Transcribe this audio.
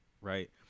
Right